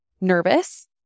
nervous